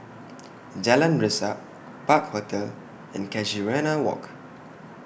Jalan Resak Park Hotel and Casuarina Walk